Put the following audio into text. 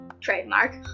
Trademark